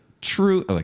true